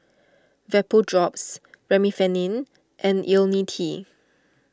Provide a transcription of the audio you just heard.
Vapodrops Remifemin and Ionil T